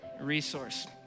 resource